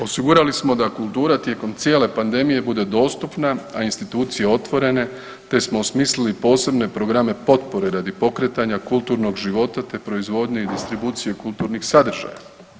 Osigurali smo da kultura tijekom cijele pandemije bude dostupna, a institucije otvorene, te smo osmislili posebne programe potpore radi pokretanja kulturnog života, te proizvodnje i distribucije kulturnih sadržaja.